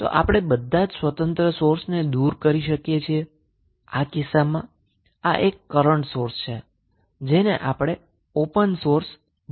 તો આપણે બધા જ ઇંડિપેન્ડન્ટ સોર્સ ને દુર કરી શકીએ છીએ આ કિસ્સામાં આ એક કરન્ટ સોર્સ છે જેને તમે ઓપન સર્કિટ બનાવી શકો છો